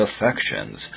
affections